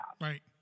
right